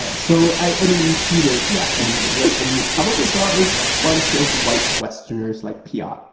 ah so, i mean, you cheated yeah and what you probably saw is a bunch of white westerners like piot.